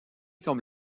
comme